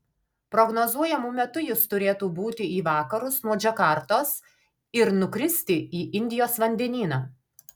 prognozuojamu metu jis turėtų būti į vakarus nuo džakartos ir nukristi į indijos vandenyną